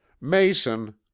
Mason